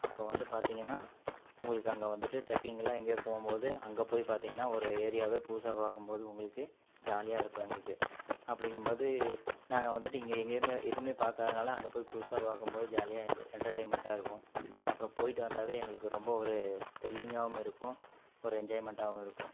அப்போ வந்து பார்த்தீங்கன்னா உங்களுக்கு அங்கே வந்துட்டு ட்ரெக்கிங் எல்லாம் எங்கேயாது போகும் போது அங்கே போய் பார்த்தீங்கன்னா ஒரு ஏரியாவே புதுசாக பார்க்கும் போது உங்களுக்கு ஜாலியாக இருக்கும் எங்களுக்கு அப்படிங்கும் போது நாங்கள் வந்துட்டு இங்கே எங்கேயுமே எதுவுமே பார்க்காதனால அங்கே போய் புதுசாக பார்க்கும் போது ஜாலியாக என் என்டர்டைமெண்ட்டாக இருக்கும் அப்புறம் போயிட்டு வந்தாவே எங்களுக்கு ரொம்ப ஒரு திரில்லிங்காகவும் இருக்கும் ஒரு என்ஜாய்மெண்ட்டாகவும் இருக்கும்